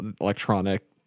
electronic